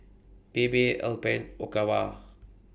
Bebe Alpen Ogawa